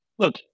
Look